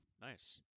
Nice